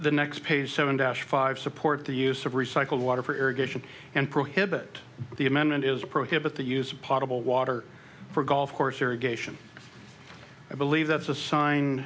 the next page seven dash five support the use of recycled water for irrigation and prohibit the amendment is prohibit the use of possible water for a golf course irrigation i believe that's a sign